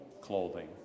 clothing